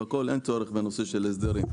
אין צורך בנושא של הסדרים,